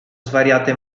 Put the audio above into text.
svariate